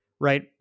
Right